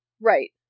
Right